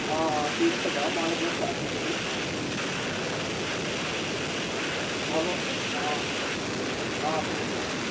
অঁ অঁ ঠিক আছে বাৰু মই সেইবোৰ চাই চিতি দিম অঁ অঁ হ'ব অঁ হ'ব অঁ ঠিক আছে হ'ব